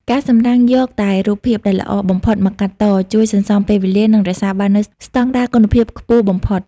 ការសម្រាំងយកតែរូបភាពដែលល្អបំផុតមកកាត់ត ជួយសន្សំពេលវេលា និងរក្សាបាននូវស្តង់ដារគុណភាពខ្ពស់បំផុត។